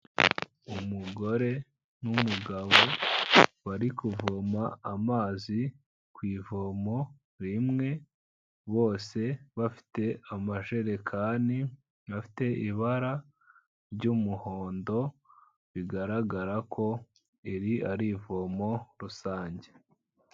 Umugore n'umugabo bari kuvoma amazi ku ivomo rimwe, bose bafite amajerekani afite ibara ry'umuhondo, bigaragara ko iri ari ivomo rusange.